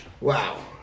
Wow